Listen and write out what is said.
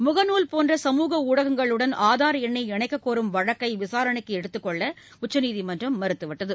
முகநூல் போன்ற சமூக ஊடகங்களுடன் ஆதார் எண்ணை இணைக்கக் கோரும் வழக்கை விசாரணைக்கு எடுத்துக்கொள்ள உச்சநீதிமன்றம் மறுத்துவிட்டது